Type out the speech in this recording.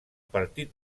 partit